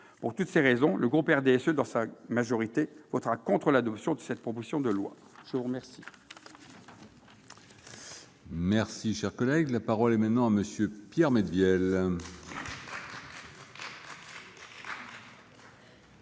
Pour toutes ces raisons, le groupe du RDSE, dans sa majorité, votera contre l'adoption de cette proposition de loi. La parole